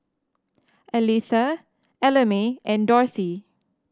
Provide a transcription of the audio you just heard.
Aletha Ellamae and Dorthy